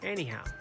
Anyhow